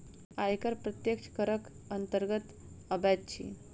आयकर प्रत्यक्ष करक अन्तर्गत अबैत अछि